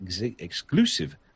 exclusive